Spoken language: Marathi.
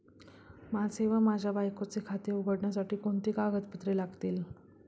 माझे व माझ्या बायकोचे खाते उघडण्यासाठी कोणती कागदपत्रे लागतील?